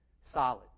solid